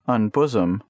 Unbosom